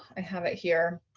i have it here.